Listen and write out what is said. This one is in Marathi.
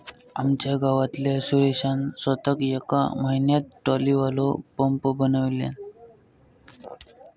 आमच्या गावातल्या सुरेशान सोताच येका म्हयन्यात ट्रॉलीवालो पंप बनयल्यान